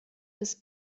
des